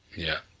yeah.